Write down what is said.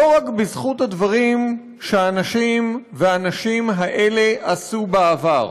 רק בזכות הדברים שהאנשים והנשים האלה עשו בעבר,